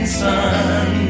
sun